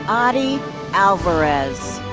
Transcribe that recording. um ady alvarez.